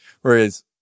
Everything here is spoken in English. Whereas